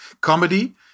comedy